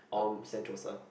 um Sentosa